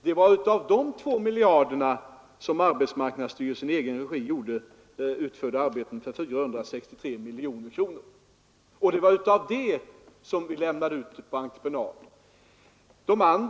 Det var av de två miljarderna som arbetsmarknadsstyrelsen i egen regi utförde arbeten för 463 miljoner kronor, varav arbeten för 104 miljoner kronor lämnades ut på entreprenad.